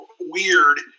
weird